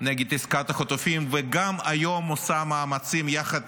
נגד עסקת החטופים, וגם היום עושה מאמצים, יחד